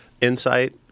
insight